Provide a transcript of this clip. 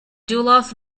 duluth